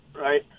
Right